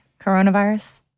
coronavirus